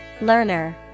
Learner